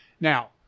Now